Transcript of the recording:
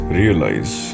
realize